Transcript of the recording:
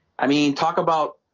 i mean talk about